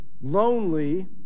lonely